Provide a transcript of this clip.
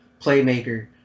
playmaker –